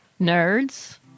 nerds